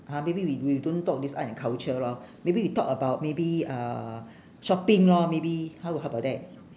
!huh! maybe we we don't talk this art and culture lor maybe we talk about maybe uh shopping lor maybe how how about that